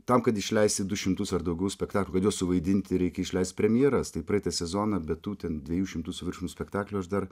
tam kad išleisti du šimtus ar daugiau spektaklių kad juos suvaidinti reikia išleist premjeras tai praeitą sezoną be tų ten dviejų šimtų su viršum spektaklių aš dar